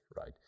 right